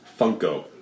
Funko